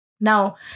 Now